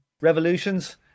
revolutions